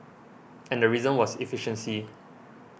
and the reason was efficiency